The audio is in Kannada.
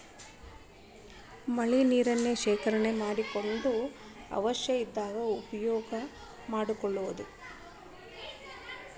ಮಳಿ ನೇರನ್ನ ಶೇಕರಣೆ ಮಾಡಕೊಂಡ ಅವಶ್ಯ ಇದ್ದಾಗ ಉಪಯೋಗಾ ಮಾಡ್ಕೊಳುದು